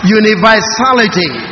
universality